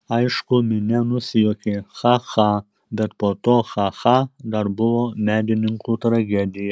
aišku minia nusijuokė cha cha bet po to cha cha dar buvo medininkų tragedija